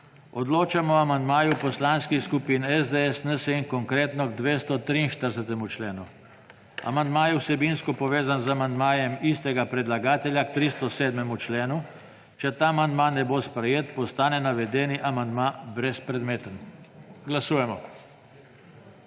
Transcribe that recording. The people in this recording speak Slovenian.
Odločamo o amandmaju poslanskih skupin SDS, NSi in Konkretno k 243. členu. Amandma je vsebinsko povezan z amandmajem istega predlagatelja k 307. členu. Če ta amandma ne bo sprejet, postane navedeni amandma brezpredmeten. Glasujemo.